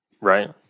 right